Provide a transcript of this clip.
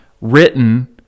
written